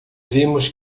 vimos